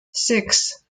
six